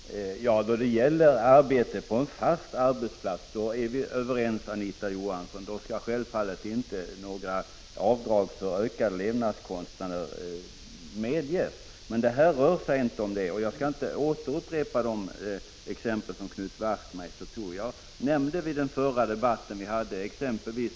Fru talman! Då det gäller arbete på en fast arbetsplats, Anita Johansson, är vi överens. Då skall självfallet inte några avdrag för ökade levnadskostnader medges. Men nu rör det sig inte om den saken. Jag skall inte upprepa Knut Wachtmeisters exempel.